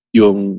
yung